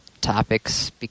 topics